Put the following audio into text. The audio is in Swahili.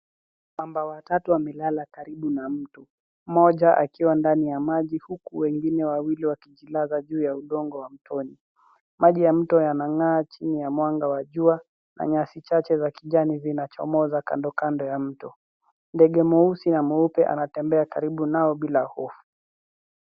Mamba watatu wamelala karibu na mto, mmoja akiwa ndani ya maji huku wengine wawili wakijilaza juu ya udongo wa mtoni. Maji ya mto yanang'aa chini ya mwanga wa wajua na nyasi chache za kijani zinachomoza kandokando ya mto. Ndege mweusi na mweupe anatembea karibu nao bila hofu.